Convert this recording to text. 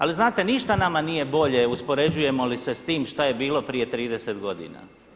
Ali znate ništa nama nije bolje uspoređujemo li se sa time šta je bilo prije 30 godina.